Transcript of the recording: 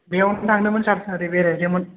बेयावनो थांदोंमोन सार ओरै बेरायहैदोंमोन